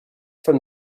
from